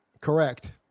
Correct